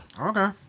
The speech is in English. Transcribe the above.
Okay